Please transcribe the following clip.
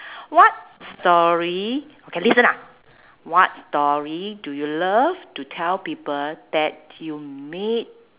what story okay listen ah what story do you love to tell people that you meet